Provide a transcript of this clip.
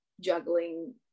juggling